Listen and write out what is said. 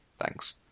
Thanks